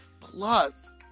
Plus